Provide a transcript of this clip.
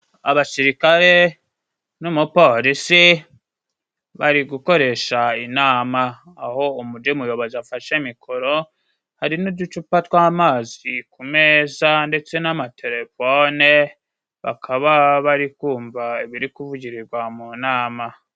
Abasirikare n'umupolisi bari gukoresha inama, aho undi muyobozi afashe mikoro hari n'uducupa tw'amazi ku meza ndetse n'amatelefone, bakaba bari kumva ibiri kuvugirirwa mu nama.